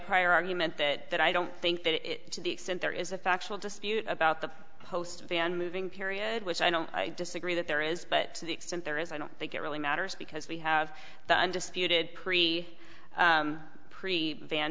prior argument that that i don't think that it is to the extent there is a factual dispute about the host of the unmoving period which i don't disagree that there is but the extent there is i don't think it really matters because we have the undisputed pre pre van